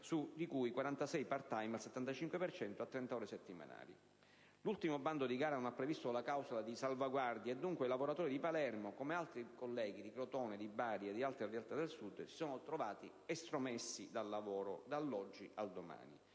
di cui 46 *part time* al 75 per cento a 30 ore settimanali. L'ultimo bando di gara non ha previsto la clausola di salvaguardia, e dunque i lavoratori di Palermo - come anche altri colleghi di Crotone e Bari e di altre realtà del Sud - si sono trovati estromessi dal lavoro dall'oggi al domani;